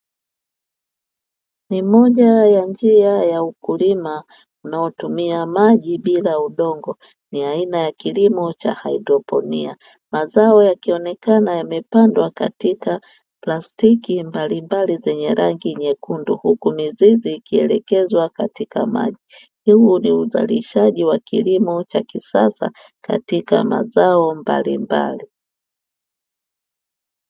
Ni moja ya njia ya ukulima unaotumia maji bila udongo ni aina ya kilimo cha haidroponia mazao yakionekana yamepandwa katika plastiki mbalimbali zenye rangi nyekundu, huku mizizi ikielekezwa katika maji, huu ni uzalishaji wa kilimo cha kisasa katika mazao mbalimbali.